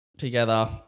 together